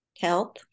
health